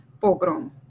pogrom